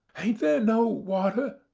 ain't there no water,